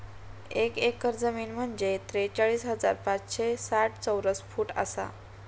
एक एकर जमीन म्हंजे त्रेचाळीस हजार पाचशे साठ चौरस फूट आसा